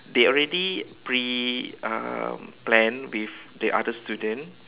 they already pre um planned with the other student